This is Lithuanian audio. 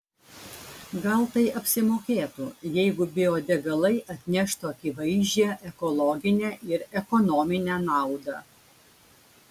gal tai apsimokėtų jeigu biodegalai atneštų akivaizdžią ekologinę ir ekonominę naudą